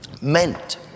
meant